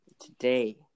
Today